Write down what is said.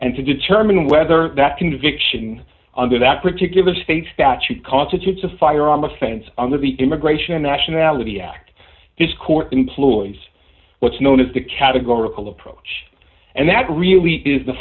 and to determine whether that conviction under that particular state statute constitutes a firearm offense under the immigration and nationality act his court employs what's known as the categorical approach and that really is the